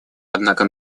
однако